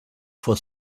for